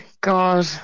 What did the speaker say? God